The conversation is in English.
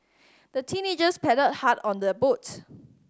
the teenagers paddled hard on their boat